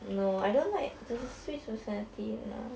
no I don't like there's a switch personality nah